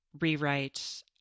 rewrite